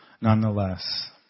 nonetheless